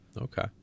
Okay